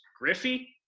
Griffey